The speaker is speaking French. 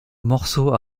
morceau